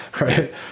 right